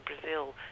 Brazil